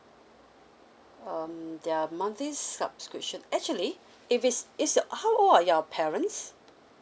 um their monthly subscription actually if it's it's uh how old are your parents